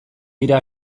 bira